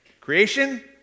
Creation